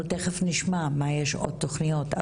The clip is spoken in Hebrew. אנחנו תיכף נשמע אילו עוד תכניות יש,